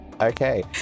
Okay